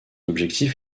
objectif